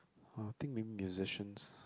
ah I think being musicians